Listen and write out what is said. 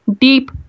deep